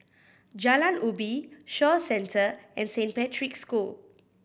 Jalan Ubi Shaw Centre and Saint Patrick's School